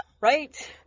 Right